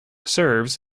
serves